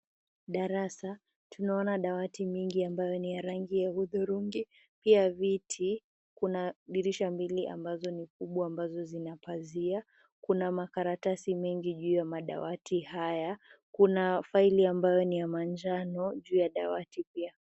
Darasa, tunaona dawati nyingi ambayo ni ya rangi ya hudhurungi pia viti, kuna dirisha mbili ambazo ni kubwa ambazo zina pazia, kuna makaratasi mengi juu ya madawati haya, kuna faili ambayo ni ya manjano juu ya dawati pia.